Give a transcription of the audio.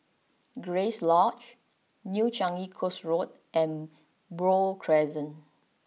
Grace Lodge New Changi Coast Road and Buroh Crescent